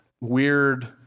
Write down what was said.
weird